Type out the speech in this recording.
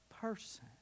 person